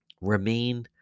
Remain